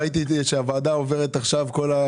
ראיתי שהוועדה עוברת עכשיו שינוי וכלה